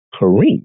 Kareem